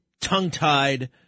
tongue-tied